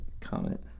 comment